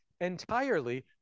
entirely